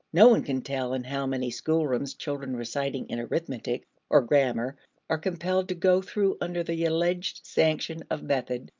no one can tell in how many schoolrooms children reciting in arithmetic or grammar are compelled to go through, under the alleged sanction of method,